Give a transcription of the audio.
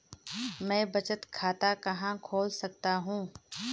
मैं बचत खाता कहां खोल सकता हूँ?